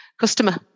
customer